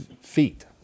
feet